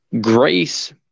grace